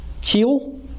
keel